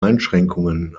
einschränkungen